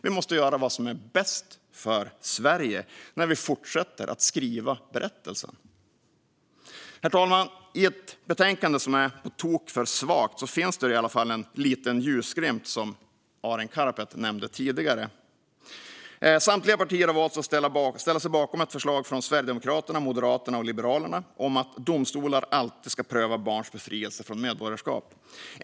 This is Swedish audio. Vi måste göra vad som är bäst för Sverige när vi fortsätter att skriva berättelsen. Herr talman! I ett betänkande som är på tok för svagt finns i alla fall en liten ljusglimt, som Arin Karapet nämnde tidigare. Samtliga partier har valt att ställa sig bakom ett förslag från Sverigedemokraterna, Moderaterna och Liberalerna om att domstolar alltid ska pröva barns befrielse från medborgarskap.